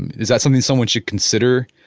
and is that something someone should consider